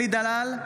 אלי דלל,